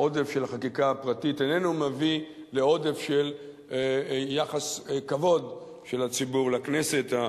העודף של החקיקה הפרטית איננו מביא לעודף של יחס כבוד של הציבור לכנסת.